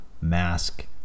mask